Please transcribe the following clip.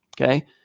Okay